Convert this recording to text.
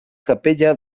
capella